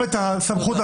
הרבה יותר קל להחרים.